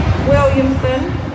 Williamson